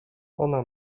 ona